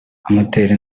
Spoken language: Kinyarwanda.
amutera